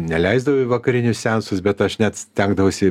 neleisdavo į vakarinius seansus bet aš net stengdavausi